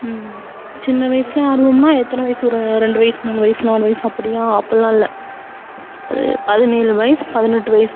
சின்ன வயசில் ஆர்வம்னால் எத்தனை வயசு ஒரு ரெண்டு வயசு மூணு வயசு நாலு வயசு அப்படியா அப்பட்லாம் இல்லை ஒரு பதினேழு வயசு பதினெட்டு வயசு